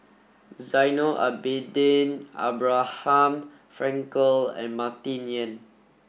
Zainal Abidin Abraham Frankel and Martin Yan